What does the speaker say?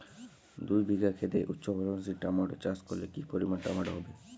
দুই বিঘা খেতে উচ্চফলনশীল টমেটো চাষ করলে কি পরিমাণ টমেটো হবে?